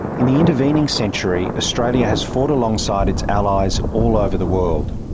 in the intervening century, australia has fought alongside its allies all over the world.